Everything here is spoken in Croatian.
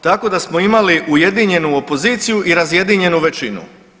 Tako da smo imali ujedinjenu opoziciju i razjedinjenu većinu.